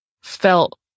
felt